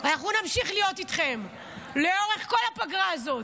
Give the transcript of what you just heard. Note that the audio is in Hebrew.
אנחנו נמשיך להיות איתכם לאורך כל הפגרה הזאת,